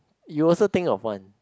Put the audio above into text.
you also think your point